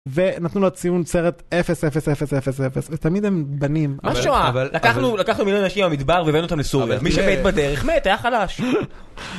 ונתנו לו ציון סרט 0-0-0-0-0, ותמיד הם בנים. מה שואה? לקחנו מיליון אנשים מהמדבר והבאנו אותם לסוריה. מי שמת בדרך מת, היה חלש.